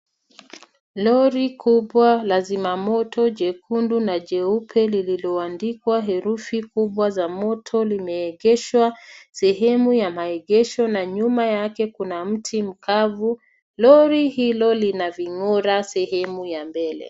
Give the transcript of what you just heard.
Lori kubwa la zimamoto jekundu na jeupe lililoandikwa herufi kubwa za moto limeegeshwa sehemu ya maegesho na nyuma yake kuna mti mkavu. Lori hilo lina ving'ora sehemu ya mbele.